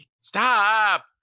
stop